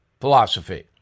philosophy